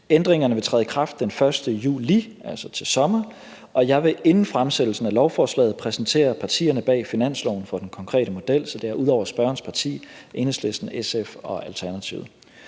Ændringerne vil træde i kraft den 1. juli, altså til sommer. Og jeg vil inden fremsættelsen af lovforslaget præsentere partierne bag finansloven for den konkrete model, så det er ud over spørgerens parti Enhedslisten, SF og Alternativet.